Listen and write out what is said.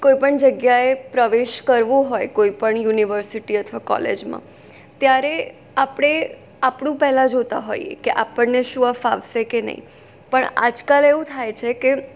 કોઈ પણ જગ્યાએ પ્રવેશ કરવો હોય કોઈપણ યુનિવર્સિટી અથવા કોલેજમાં ત્યારે આપણે આપણું પહેલાં જોતા હોઈએ કે આપણને શું આ ફાવશે કે નહીં પણ આજકાલ એવું થાય છે કે